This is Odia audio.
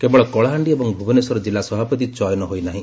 କେବଳ କଳାହାଣ୍ଡି ଏବଂ ଭୁବନେଶ୍ୱର ଜିଲ୍ଲା ସଭାପତି ଚୟନ ହୋଇନାହି